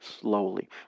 slowly